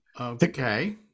Okay